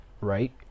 right